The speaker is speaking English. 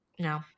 No